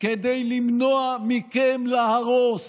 למנוע מכם להרוס